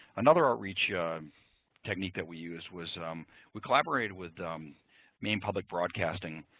another outreach yeah ah um technique that we used was we collaborated with maine public broadcasting.